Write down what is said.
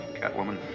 Catwoman